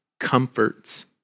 Comforts